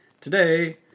Today